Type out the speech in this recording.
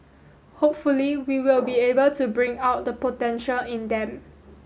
hopefully we will be able to bring out the potential in them